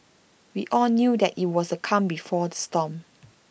we all knew that IT was the calm before the storm